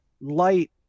light